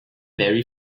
vary